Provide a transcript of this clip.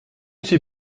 suis